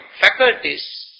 faculties